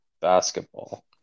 basketball